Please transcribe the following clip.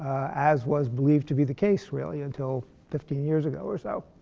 as was believed to be the case really until fifteen years ago or so.